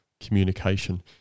communication